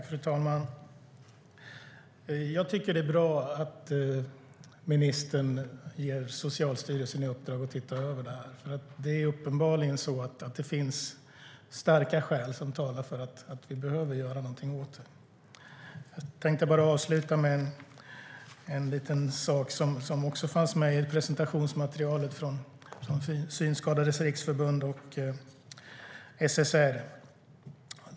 Fru talman! Jag tycker att det är bra att ministern ger Socialstyrelsen i uppdrag att se över det här. Det finns uppenbarligen starka skäl som talar för att vi behöver göra någonting åt det här. Jag tänkte avsluta med en liten sak som fanns med i presentationsmaterialet från Synskadades Riksförbund och SSR.